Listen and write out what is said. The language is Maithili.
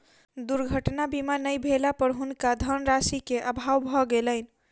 दुर्घटना बीमा नै भेला पर हुनका धनराशि के अभाव भ गेलैन